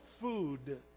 food